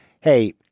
hey